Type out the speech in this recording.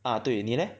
uh 对你 leh